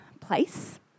place